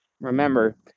remember